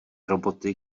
roboty